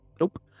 nope